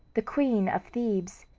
the queen of thebes.